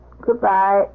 Goodbye